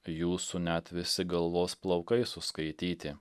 jūsų net visi galvos plaukai suskaityti